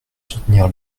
soutenir